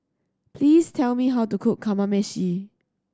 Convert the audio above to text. please tell me how to cook Kamameshi